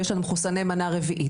ויש לנו מחוסני מנה רביעית,